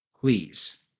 please